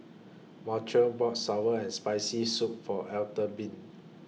Montrell bought Sour and Spicy Soup For Albertine